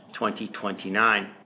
2029